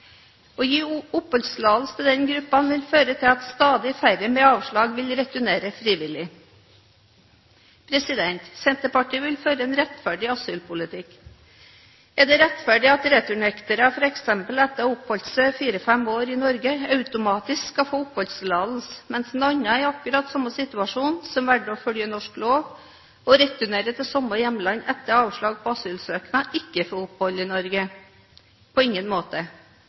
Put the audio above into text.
Å gi oppholdstillatelse til den gruppen vil føre til at stadig færre med avslag vil returnere frivillig. Senterpartiet vil føre en rettferdig asylpolitikk. Er det rettferdig at returnektere, f.eks. etter å ha oppholdt seg fire–fem år i Norge, automatisk skal få oppholdstillatelse, mens en annen i akkurat samme situasjon, som valgte å følge norsk lov og returnere til samme hjemland etter avslag på asylsøknad, ikke får opphold i Norge? På ingen måte